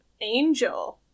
angel